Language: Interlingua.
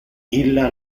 illa